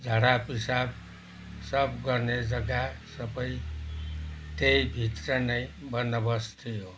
झाडापिसाब सब गर्ने जग्गा सबै त्यहीभित्र नै बन्दोबस्त थियो